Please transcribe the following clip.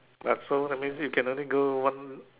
what so that means you can only go one